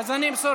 אז אני אמסור